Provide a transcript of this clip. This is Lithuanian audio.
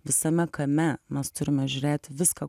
visame kame mes turime žiūrėt į viską